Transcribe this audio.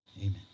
Amen